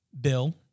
Bill